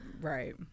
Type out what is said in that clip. right